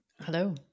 Hello